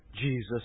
Jesus